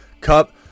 Cup